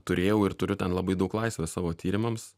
turėjau ir turiu ten labai daug laisvės savo tyrimams